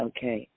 Okay